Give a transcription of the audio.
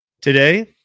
today